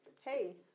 hey